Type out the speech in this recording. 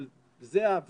אבל זה החזון,